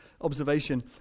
observation